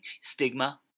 stigma